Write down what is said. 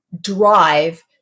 drive